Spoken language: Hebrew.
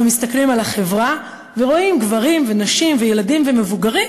אנחנו מסתכלים על החברה ורואים גברים ונשים וילדים ומבוגרים,